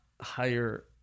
higher